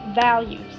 values